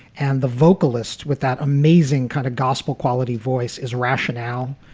and the vocalists with that amazing kind of gospel quality voice is rationale.